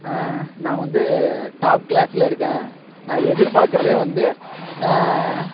நான் வந்து டாப் கிளாஸில் இருக்கேன் நான் எதிர்பாக்கிறதே வந்து